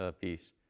piece